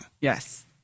Yes